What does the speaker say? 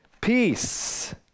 peace